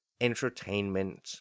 entertainment